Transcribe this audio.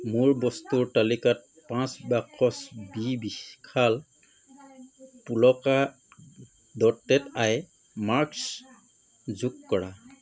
মোৰ বস্তুৰ তালিকাত পাঁচ বাকচ বি বিশাল পোলকা ডটেড আই মাস্ক যোগ কৰা